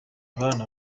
abana